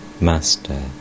Master